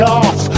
off